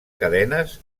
cadenes